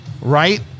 right